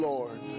Lord